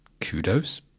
kudos